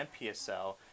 MPSL